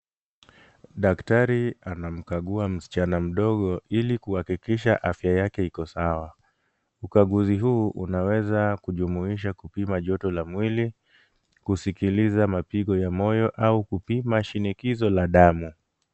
Daktari anamkagua msichana mdogo ili kuhakikisha afya yake iko sawa. Ukaguzi huu unaweza kujumuisha kupima joto la mwili, kusikiliza mapigo ya moyo au kupima shinikizo la damu.